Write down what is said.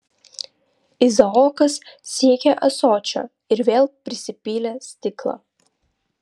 izaokas siekė ąsočio ir vėl prisipylė stiklą